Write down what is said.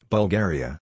Bulgaria